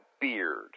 beard